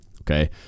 Okay